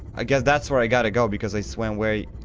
i guess that's where i gotta go because i swim way.